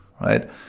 right